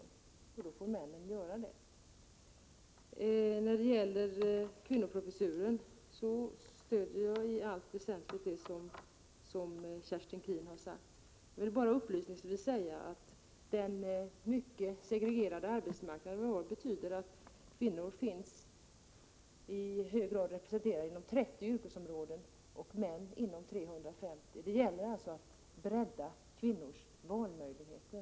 Då får männen göra det. Beträffande kvinnoprofessuren stöder jag i allt väsentligt det som Kerstin Keen har sagt. Jag vill bara upplysningsvis säga att den mycket segregerade arbetsmarknad som vi har betyder att kvinnor finns representerade inom 30 yrkesområden och män inom 350. Det gäller alltså att bredda kvinnors valmöjligheter.